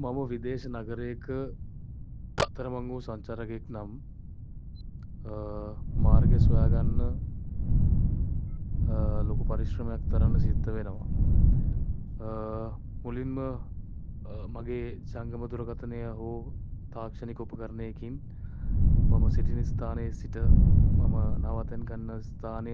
මම විදේශ නඟරයක අතරමං වූ සංචාරකයෙකු නම් මාර්ගය සොයා ගන්න ලොකු පරිශ්‍රමයක් දරන්න සිද්ද වෙනවා. මුලින්ම මගේ ජංගම දුරකථනය හෝ තාක්ෂණික උපකරණයකින් මම සිටින ස්ථානයේ සිට මම නවාතැන් ගන්න ස්ථානය